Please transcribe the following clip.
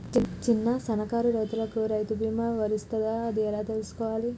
చిన్న సన్నకారు రైతులకు రైతు బీమా వర్తిస్తదా అది ఎలా తెలుసుకోవాలి?